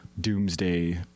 doomsday